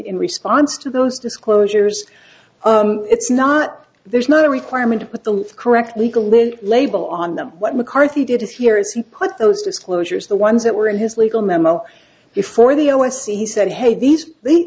in response to those disclosures it's not there's not a requirement to put the correct legal live label on them what mccarthy did here is he put those disclosures the ones that were in his legal memo before the o s c he said hey these